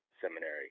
Seminary